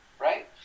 right